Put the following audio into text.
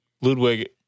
Ludwig